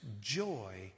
joy